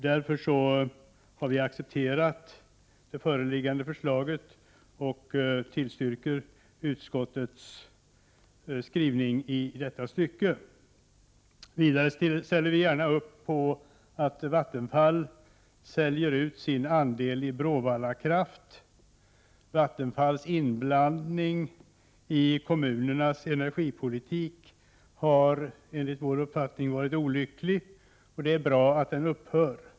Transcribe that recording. Vi har därför accepterat det föreliggande förslaget, och jag yrkar bifall till utskottets hemställan i detta stycke. Vidare ställer vi gärna upp på att Vattenfall säljer ut sin andel i Bråvalla Kraft AB. Vattenfalls inblandning i kommunernas energipolitik har enligt vår uppfattning varit olycklig, och det är bra att den upphör.